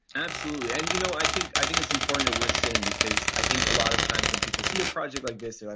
absolutely. and you know i think i think it's important and worth saying because i think a lot of times when people see a project like this, they're